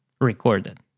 recorded